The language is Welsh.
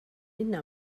uno